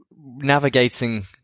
navigating